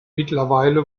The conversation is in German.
mittlerweile